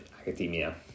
academia